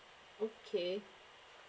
okay